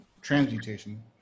transmutation